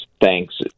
thanks